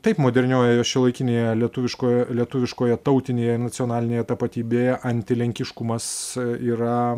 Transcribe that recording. taip moderniojoje šiuolaikinėje lietuviškoje lietuviškoje tautinėje nacionalinėje tapatybėje antilenkiškumas yra